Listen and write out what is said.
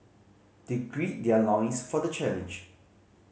they gird their loins for the challenge